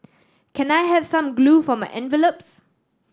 can I have some glue for my envelopes